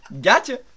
gotcha